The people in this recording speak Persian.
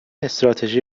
استراتژی